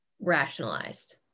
rationalized